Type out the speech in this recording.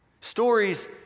Stories